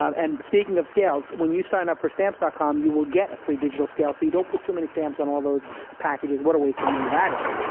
and speaking of scales, when you sign up for stamps com, you will get a free digital scale, so you don't put too many stamps on all those packages. what a waste of money that is!